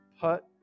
put